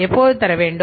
எப்போது தரவேண்டும்